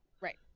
Right